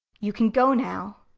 you can go now.